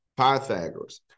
Pythagoras